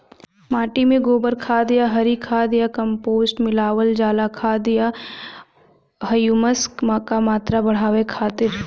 माटी में गोबर खाद या हरी खाद या कम्पोस्ट मिलावल जाला खाद या ह्यूमस क मात्रा बढ़ावे खातिर?